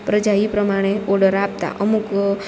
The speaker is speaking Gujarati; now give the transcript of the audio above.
પ્રજા ઈ પ્રમાણે ઓડર આપતા અમુક